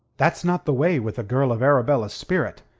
that's not the way with a girl of arabella's spirit.